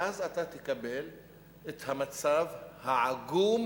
ואז אתה תקבל את המצב העגום